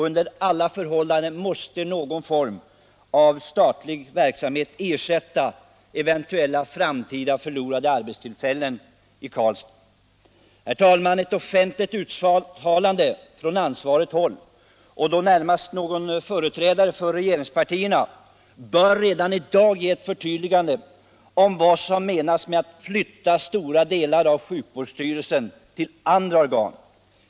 Under alla förhållanden måste någon form av statlig verksamhet ersätta framdeles eventuellt förlorade arbetstillfällen i Karlstad. Herr talman! Ett offentligt uttalande från ansvarigt håll, och då närmast av någon företrädare för regeringspartierna, bör redan i dag göra klart vad som menas med att flytta stora delar av sjukvårdsstyrelsen till andra organ.